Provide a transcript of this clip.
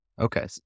Okay